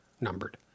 numbered